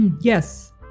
Yes